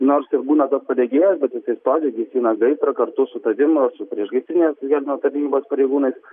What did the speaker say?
nors ir būna tas padegėjas jisai stovi gesina gaisrą kartu su tavim ar su priešgaisrinės gelbėjimo tarnybos pareigūnais